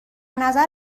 نظر